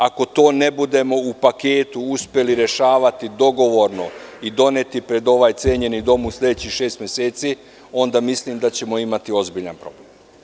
Ako ne budemo u paketu uspeli rešavati dogovorno i doneti pred ovaj cenjeni dom u sledećih šest meseci, onda mislim da ćemo imati ozbiljan problem.